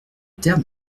terre